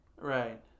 Right